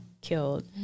killed